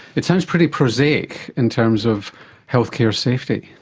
it sounds pretty prosaic in terms of health care safety.